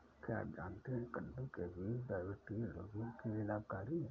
क्या आप जानते है कद्दू के बीज डायबिटीज रोगियों के लिए लाभकारी है?